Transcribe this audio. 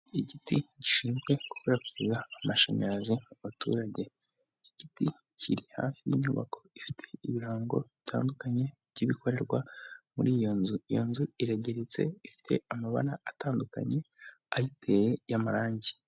Igiti gishinzwe kukwirakwiza amashanyarazi mu baturage, igiti kiri hafi y'inyubako ifite ibirango bitandukanye by'ibikorerwa muri iyo nzu, iyo nzu iragereritse ifite amabara atandukanye ayiteye y'amarangi.